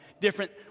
different